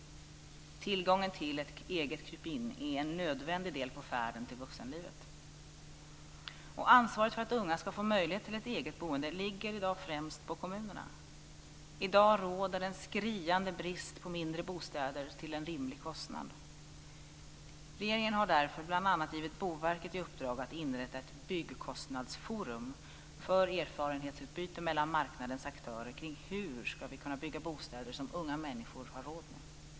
Tillgången till ett eget krypin är en nödvändig del på färden till vuxenlivet. Ansvaret för att unga ska få möjlighet till ett eget boende ligger i dag främst på kommunerna. I dag råder en skriande brist på mindre bostäder till en rimlig kostnad. Regeringen har därför bl.a. gett Boverket i uppdrag att inrätta ett byggkostnadsforum för erfarenhetsutbyte mellan marknadens aktörer kring hur vi ska kunna bygga bostäder som unga människor har råd med.